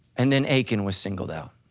and then achan was singled out.